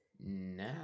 no